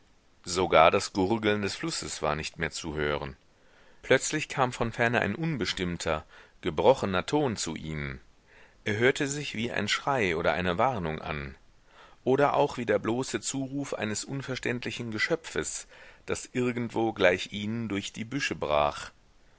sogar das gurgeln des flusses war nicht mehr zu hören plötzlich kam von ferne ein unbestimmter gebrochener ton zu ihnen er hörte sich wie ein schrei oder eine warnung an oder auch wie der bloße zuruf eines unverständlichen geschöpfes das irgendwo gleich ihnen durch die büsche brach